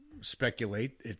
speculate